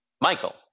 Michael